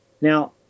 Now